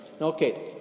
okay